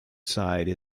side